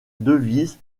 devise